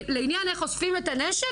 לעניין איך אוספים את הנשק,